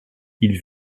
ils